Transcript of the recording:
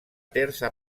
terza